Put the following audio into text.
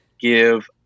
give